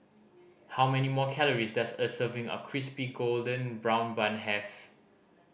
how many more calories does a serving of Crispy Golden Brown Bun have